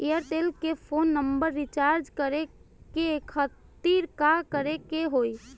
Airtel के phone number recharge करे के खातिर का करे के होई?